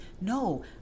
No